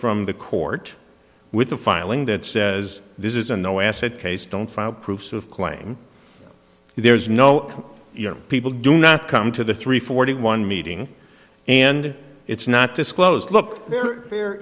from the court with a filing that says this is a no asset case don't file proof of claim there's no you know people do not come to the three forty one meeting and if it's not disclosed look